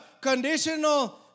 conditional